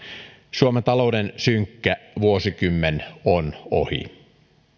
suomen talouden synkkä vuosikymmen on ohi